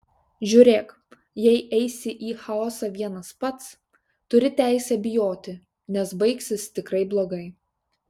žiūrėk jei eisi į chaosą vienas pats turi teisę bijoti nes baigsis tikrai blogai